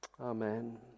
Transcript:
Amen